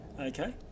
Okay